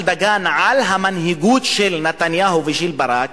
דגן על המנהיגות של נתניהו ושל ברק,